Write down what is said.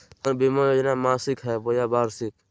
हमर बीमा योजना मासिक हई बोया वार्षिक?